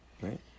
right